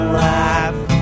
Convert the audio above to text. life